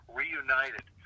reunited